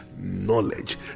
knowledge